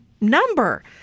number